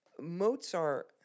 Mozart